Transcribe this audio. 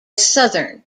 southern